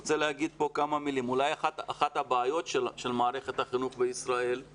אולי אחת הבעיות של מערכת החינוך בישראל היא